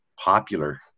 popular